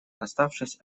оставшись